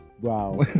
Wow